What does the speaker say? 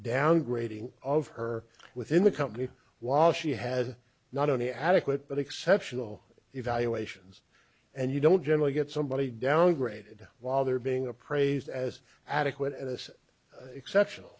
downgrading of her within the company while she has not only adequate but exceptional evaluations and you don't generally get somebody downgraded while they're being appraised as adequate as exceptional